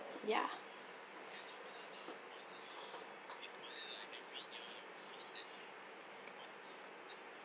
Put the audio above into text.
ya